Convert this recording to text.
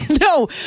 No